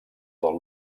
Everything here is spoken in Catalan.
del